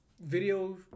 video